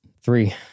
Three